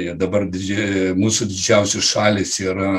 e dabar didž mūsų didžiausios šalys yra